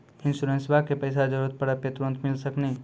इंश्योरेंसबा के पैसा जरूरत पड़े पे तुरंत मिल सकनी?